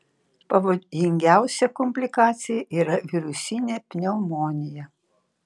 pavojingiausia komplikacija yra virusinė pneumonija